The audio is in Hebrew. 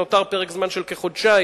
ונותר פרק זמן של כחודשיים